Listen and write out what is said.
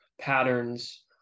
patterns